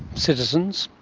citizens,